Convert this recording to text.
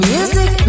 Music